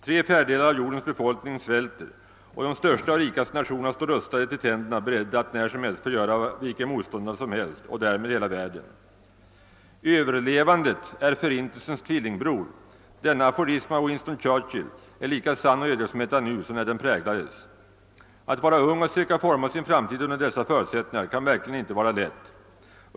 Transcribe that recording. Tre fjärdedelar av jordens befolkning svälter och de största och rikaste nationerna står rustade till tänderna, beredda att när som helst förgöra vilken motståndare som helst och därmed hela världen. »Överlevandet är förintelsens tvillingbror.« Denna aforism av Winston Churchill är lika sann och ödesmättad nu som när den präglades. Att vara ung och söka forma sin framtid under dessa förutsättningar kan verkligen icke vara lätt.